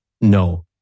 no